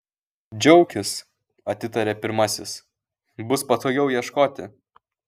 džiaukis atitarė pirmasis bus patogiau ieškoti